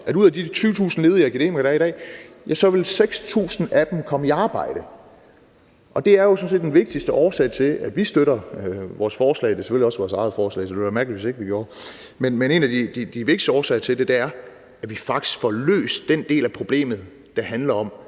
at ud af de 20.000 ledige akademikere, der er i dag, vil 6.000 af dem komme i arbejde. Og det er sådan set den vigtigste årsag til, at vi støtter vores forslag – det er selvfølgelig også vores eget forslag, så det ville være mærkeligt, hvis vi ikke gjorde det – altså at vi faktisk får løst den del af problemet, der handler om,